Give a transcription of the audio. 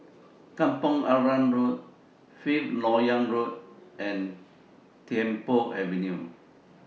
Kampong Arang Road Fifth Lok Yang Road and Tiong Poh Avenue